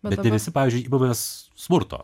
bet ne visi pavyzdžiui imamės smurto